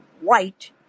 white